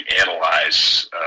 analyze